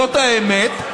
זאת האמת,